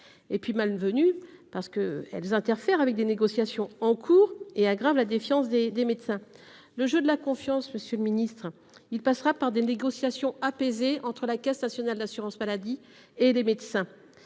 ensuite, parce qu'elles interfèrent avec des négociations en cours et aggravent la défiance des médecins. Monsieur le ministre, le jeu de la confiance passera par des négociations apaisées entre la Caisse nationale de l'assurance maladie et les médecins.